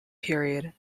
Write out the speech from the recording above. period